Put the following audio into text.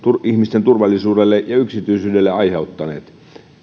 ihmisten turvallisuudelle ja yksityisyydelle aiheuttaneet